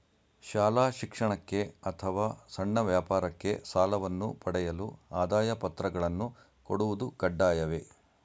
ಶಾಲಾ ಶಿಕ್ಷಣಕ್ಕೆ ಅಥವಾ ಸಣ್ಣ ವ್ಯಾಪಾರಕ್ಕೆ ಸಾಲವನ್ನು ಪಡೆಯಲು ಆದಾಯ ಪತ್ರಗಳನ್ನು ಕೊಡುವುದು ಕಡ್ಡಾಯವೇ?